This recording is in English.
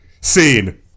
Scene